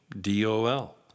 D-O-L